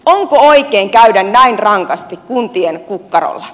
onko oikein käydä näin rankasti kuntien kukkarolla